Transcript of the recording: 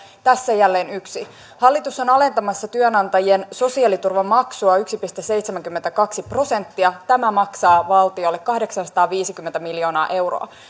tässä jälleen yksi hallitus on alentamassa työnantajien sosiaaliturvamaksua yksi pilkku seitsemänkymmentäkaksi prosenttia tämä maksaa valtiolle kahdeksansataaviisikymmentä miljoonaa euroa